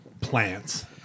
plants